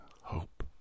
hope